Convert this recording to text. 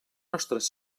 nostres